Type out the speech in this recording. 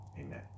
Amen